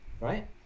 Right